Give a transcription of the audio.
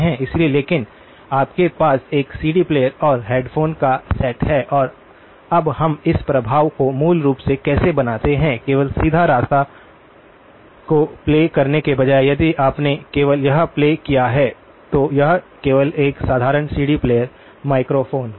इसलिए लेकिन आपके पास एक सीडी प्लेयर और हेडफ़ोन का सेट है और अब हम इस प्रभाव को मूल रूप से कैसे बनाते हैं केवल सीधा रास्ता को प्ले करने के बजाय यदि आपने केवल यह प्ले किया है तो यह केवल एक साधारण सीडी प्लेयर माइक्रोफोन होगा